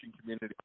community